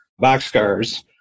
boxcars